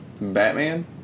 batman